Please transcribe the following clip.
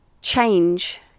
change